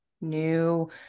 new